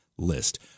list